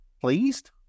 pleased